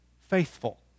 faithful